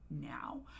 now